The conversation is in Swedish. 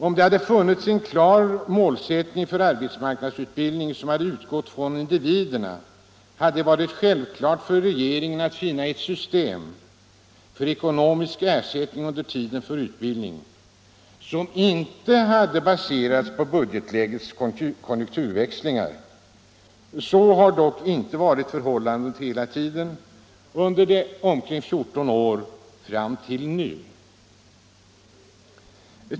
Om det hade funnits en klar målsättning för arbetsmarknadsutbildningen, som hade utgått från individerna, hade det varit självklart för regeringen att finna ett system för ekonomisk ersättning under tiden för utbildning, som inte hade baserats på budgetlägets konjunkturväxlingar. Så har dock inte varit förhållandet under de omkring fjorton åren fram till nu.